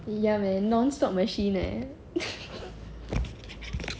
ya man non stop machine eh